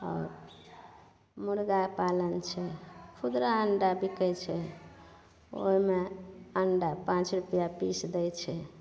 आओर मुरगा पालन छै खुदरा अण्डा बिकै छै ओहिमे अण्डा पाँच रुपैआ पीस दै छै